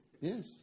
Yes